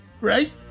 right